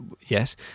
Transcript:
Yes